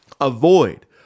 avoid